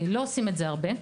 לא עושים את זה הרבה,